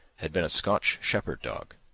had been a scotch shepherd dog.